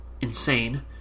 insane